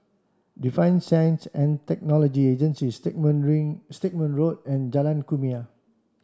Defence Science and Technology Agency Stagmont Rain Stagmont Road and Jalan Kumia